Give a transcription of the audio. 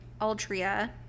Altria